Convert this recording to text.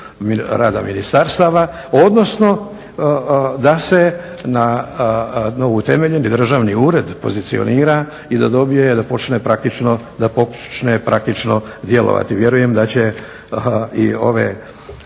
rada ministarstava odnosno da se novo utemeljeni državni ured pozicionira i da dobije i da počne praktično djelovati. Vjerujem da će i ove